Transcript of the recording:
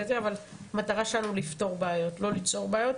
אבל המטרה שלנו היא לפתור בעיות ולא ליצור בעיות.